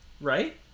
Right